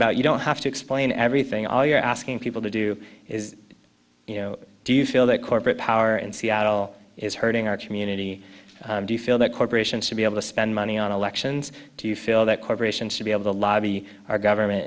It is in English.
about you don't have to explain everything all you're asking people to do is you know do you feel that corporate power in seattle is hurting our community do you feel that corporations should be able to spend money on elections do you feel that corporations should be able to lobby our government